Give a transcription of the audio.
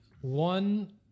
one